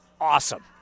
awesome